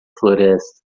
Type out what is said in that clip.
floresta